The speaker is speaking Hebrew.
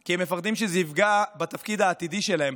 כי הם פוחדים שזה יפגע בתפקיד העתידי שלהם,